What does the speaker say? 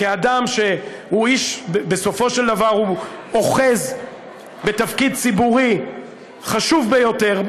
כאדם שבסופו של דבר אוחז בתפקיד ציבורי חשוב ביותר,